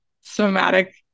somatic